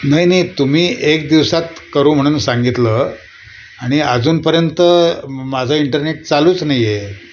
नाही नाही तुम्ही एक दिवसात करू म्हणून सांगितलं आणि अजूनपर्यंत माझा इंटरनेट चालूच नाही आहे